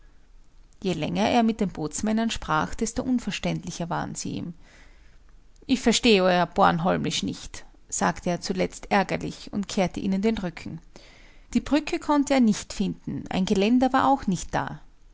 je länger er mit den bootsmännern sprach desto unverständlicher waren sie ihm ich verstehe euer bornholmisch nicht sagte er zuletzt ärgerlich und kehrte ihnen den rücken die brücke konnte er nicht finden ein geländer war auch nicht da